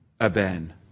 aben